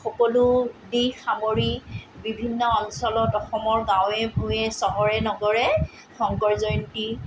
সকলো দিশ সামৰি বিভিন্ন অঞ্চলত অসমৰ গাঁৱে ভূঞে চহৰে নগৰে শংকৰ জয়ন্তী